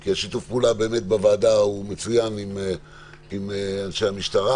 כי שיתוף הפעולה בוועדה מצוין עם אנשי המשטרה